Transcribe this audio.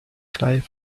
flight